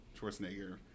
Schwarzenegger